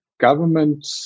government